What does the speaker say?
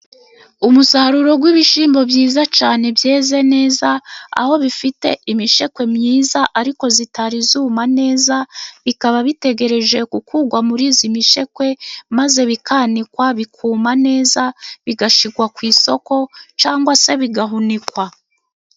Umusaruro w'ibishyimbo byiza cyane byeze neza, aho bifite imishekwe myiza ariko itari yuma neza, bikaba bitegereje gukurwa muri iyi mishekwe, maze bikanikwa bikuma neza bigashyirwa ku isoko cyangwa se bigahunikwa.